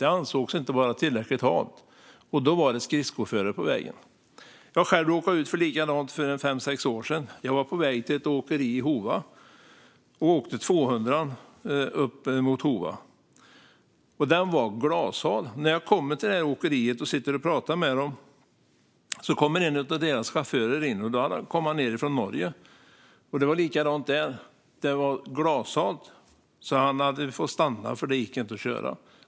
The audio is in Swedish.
Det ansågs inte vara tillräckligt halt, och då var det skridskoföre på vägen. Jag har själv råkat ut för liknande sak för fem sex år sedan. Jag var på väg till ett åkeri i Hova och åkte länsväg 200, som var glashal. När jag kom till åkeriet och satt och pratade med dem kom en av deras chaufförer in som kommit från Norge, och det var likadant där. Det var glashalt, så han hade fått stanna. Det gick inte att köra.